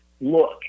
look